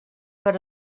per